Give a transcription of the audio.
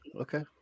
Okay